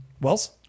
Wells